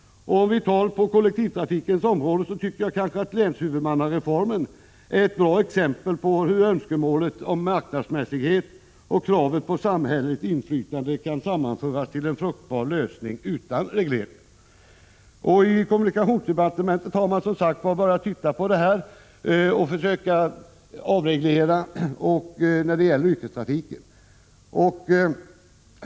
På kollektivtrafikens område är länshuvudmannareformen ett bra exempel på hur önskemålet om marknadsmässighet och kravet på samhälleligt inflytande kan sammanföras till en fruktbar lösning utan reglering. I kommunikationsdepartementet har man börjat titta på detta och försöka avreglera när det gäller yrkestrafiken.